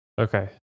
Okay